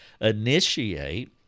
initiate